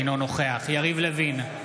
אינו נוכח יריב לוין,